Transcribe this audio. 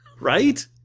Right